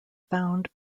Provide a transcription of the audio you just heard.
found